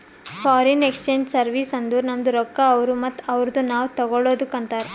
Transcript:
foreign exchange service ಅಂದುರ್ ನಮ್ದು ರೊಕ್ಕಾ ಅವ್ರು ಮತ್ತ ಅವ್ರದು ನಾವ್ ತಗೊಳದುಕ್ ಅಂತಾರ್